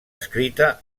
escrita